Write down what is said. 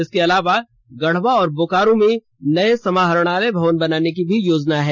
इसके अलावा गढ़वा और बोकारो में नए समाहरणालय भवन बनाने की भी योजना है